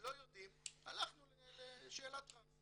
וכשלא יודעים הלכנו לשאלת רב,